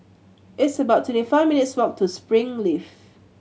it's about twenty five minutes' walk to Springleaf